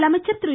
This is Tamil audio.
முதலமைச்சர் திரு